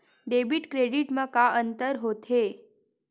Debit credit मा का अंतर होत हे?